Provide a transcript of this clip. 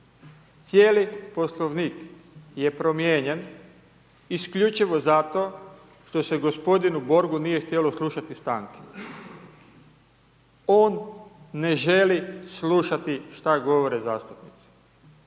Cijeli Poslovnik je promijenjen isključivo zato što se gospodinu borgu nije htjelo slušati stanke. On ne želi slušati što govore zastupnici.